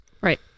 Right